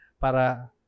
para